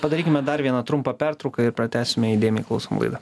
padarykime dar vieną trumpą pertrauką ir pratęsime įdėmiai klausom laidą